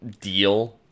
deal